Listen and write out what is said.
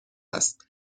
است